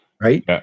right